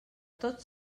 tots